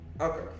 okay